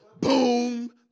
Boom